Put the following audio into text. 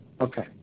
Okay